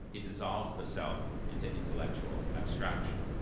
he dissolves the self into intellectual abstraction.